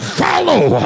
follow